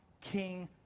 king